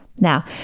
Now